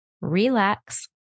relax